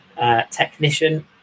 technician